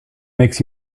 makes